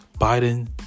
Biden